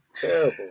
Terrible